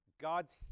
God's